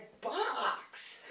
box